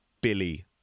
Billy